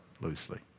loosely